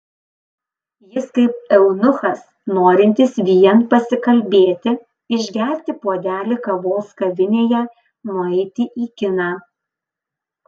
jis kaip eunuchas norintis vien pasikalbėti išgerti puodelį kavos kavinėje nueiti į kiną